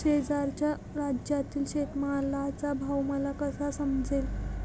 शेजारच्या राज्यातील शेतमालाचा भाव मला कसा समजेल?